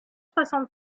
soixante